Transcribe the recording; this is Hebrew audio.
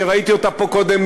ראיתי אותה פה קודם,